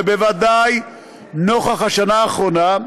ובוודאי נוכח השנה האחרונה,